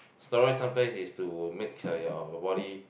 steroid sometimes is to make your body